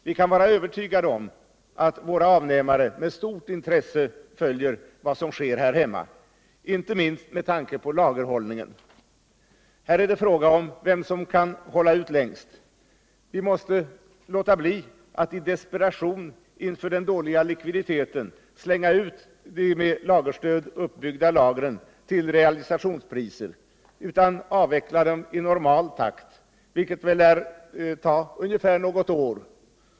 Vi kan vara övertygade om att våra avnämare där med stort intresse följer vad som sker här hemma — inte minst med tanke på lagerhållningen. Där är det fråga om vem som kan hålla ut längst. Vi måste låta bli att i desperation inför den dåliga likviditeten slänga ut de med statligt stöd uppbyggda lagren till realisationspriser utan avveckla dem i normal takt, vilket lär ta ungefär något år.